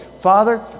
Father